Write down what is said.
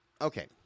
okay